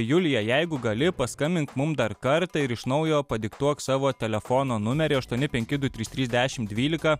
julija jeigu gali paskambink mums dar kartą ir iš naujo padiktuok savo telefono numerį aštuoni penki du trys trys dešimt dvykika